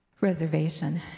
reservation